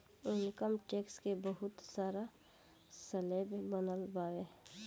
income tax के बहुत सारा स्लैब बनल बावे